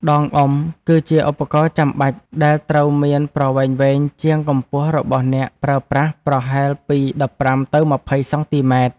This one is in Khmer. ដងអុំ គឺជាឧបករណ៍ចាំបាច់ដែលត្រូវមានប្រវែងវែងជាងកម្ពស់របស់អ្នកប្រើប្រាស់ប្រហែលពី ១៥ ទៅ ២០ សង់ទីម៉ែត្រ។